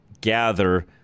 gather –